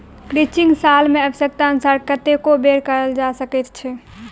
crutching साल मे आव्श्यकतानुसार कतेको बेर कयल जा सकैत छै